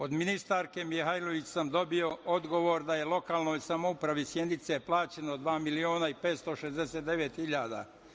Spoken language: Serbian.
Od ministarke Mihajlović sam dobio odgovor da je lokalnoj samoupravi Sjenice plaćeno dva miliona i 569 hiljada.